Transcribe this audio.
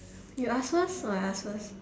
you ask first or I ask first